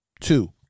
Two